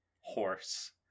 horse